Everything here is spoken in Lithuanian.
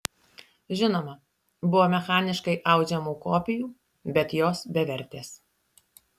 žinoma buvo mechaniškai audžiamų kopijų bet jos bevertės